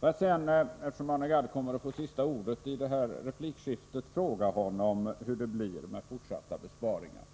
Får jag sedan, eftersom Arne Gadd får sista ordet i detta replikskifte, fråga honom hur det blir med fortsatta besparingar.